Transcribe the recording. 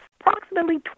approximately